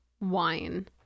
wine